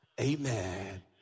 Amen